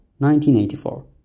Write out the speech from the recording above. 1984